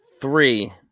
Three